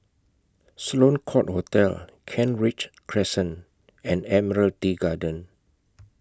Sloane Court Hotel Kent Ridge Crescent and Admiralty Garden